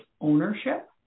ownership